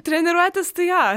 treniruotis tai jo